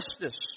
justice